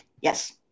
Yes